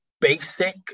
basic